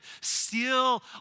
steal